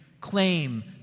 claim